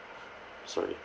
sorry